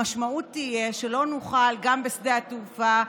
המשמעות תהיה שלא נוכל לאכוף את החוק בשדה התעופה,